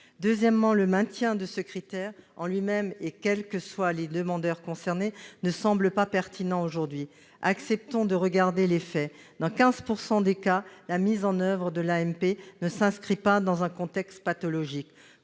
second lieu, le maintien de ce critère en lui-même, quels que soient les demandeurs concernés, ne semble pas aujourd'hui pertinent. Acceptons de regarder les faits : dans 15 % des cas, la mise en oeuvre de l'AMP ne s'inscrit pas dans un contexte pathologique.